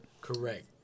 Correct